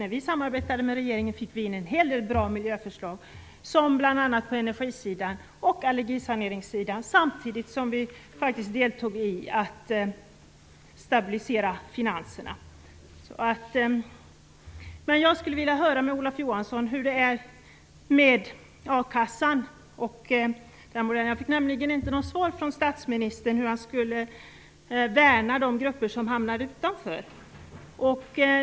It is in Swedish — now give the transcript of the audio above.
När vi samarbetade med regeringen fick vi igenom en hel del bra miljöförslag, bl.a. på energisidan och allergisaneringssidan, samtidigt som vi deltog i arbetet med att stabilisera finanserna. Jag skulle vilja höra med Olof Johansson hur det är med a-kassan. Jag fick nämligen inte något svar från statsministern på frågan om hur han skall värna de grupper som hamnar utanför.